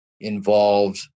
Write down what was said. involved